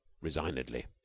resignedly